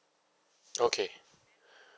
okay